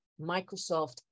Microsoft